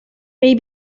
may